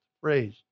phrase